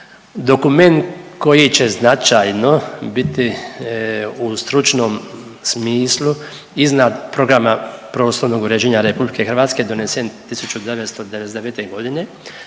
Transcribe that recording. dokument koji će značajno biti u stručnom smislu iznad programa prostornog uređenja RH donesen 1999.g.,